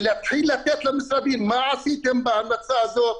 ולהתחיל לתת למשרדים מה עשיתם בהמלצה הזאת,